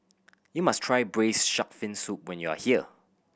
you must try Braised Shark Fin Soup when you are here